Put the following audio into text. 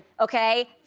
okay,